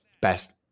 Best